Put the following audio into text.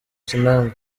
kinamba